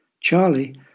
Charlie